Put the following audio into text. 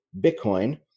Bitcoin